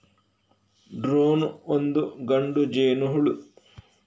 drone ಒಂದು ಗಂಡು ಜೇನುಹುಳು